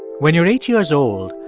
when you're eight years old,